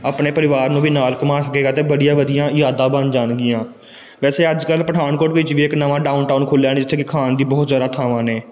ਆਪਣੇ ਪਰਿਵਾਰ ਨੂੰ ਵੀ ਨਾਲ ਘੁੰਮਾ ਸਕੇਗਾ ਅਤੇ ਵਧੀਆ ਵਧੀਆ ਯਾਦਾਂ ਬਣ ਜਾਣਗੀਆਂ ਵੈਸੇ ਅੱਜ ਕੱਲ੍ਹ ਪਠਾਨਕੋਟ ਵਿੱਚ ਵੀ ਇੱਕ ਨਵਾਂ ਡਾਊਨ ਟਾਊਨ ਖੁੱਲ੍ਹਿਆ ਨੇ ਜਿੱਥੇ ਕਿ ਖਾਣ ਦੀ ਬਹੁਤ ਜ਼ਿਆਦਾ ਥਾਵਾਂ ਨੇ